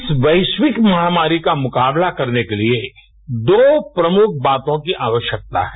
इस वैश्विक महामारी का मुकाबला करने के लिये दो प्रमुख बातों की आवश्यक्ता है